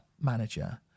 manager